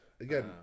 Again